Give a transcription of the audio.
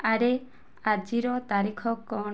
ଆରେ ଆଜିର ତାରିଖ କ'ଣ